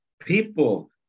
People